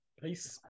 peace